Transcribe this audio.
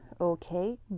Okay